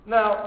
Now